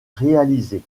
réalisé